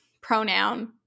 pronoun